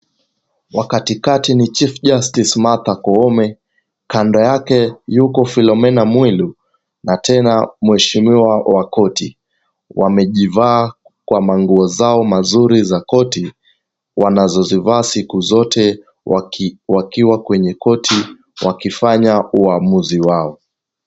Wa katikati ni chief justice Martha Koome. Kando yake yuko Philomena Mwilu na tena mheshimiwa wa korti. Wamejivaa kwa manguo zao mazuri za korti, wanazozifaa siku zote wakiwa kwenye korti wakifanya uamuzi wao.